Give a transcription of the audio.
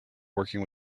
working